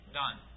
done